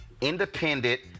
independent